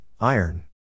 Iron